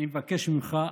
אני מבקש ממך,